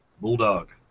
Bulldog